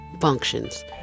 functions